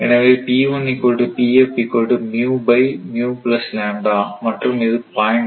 எனவே மற்றும் இது 0